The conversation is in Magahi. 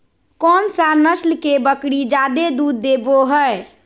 कौन सा नस्ल के बकरी जादे दूध देबो हइ?